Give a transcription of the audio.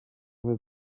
ever